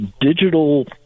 digital